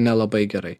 nelabai gerai